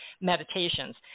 meditations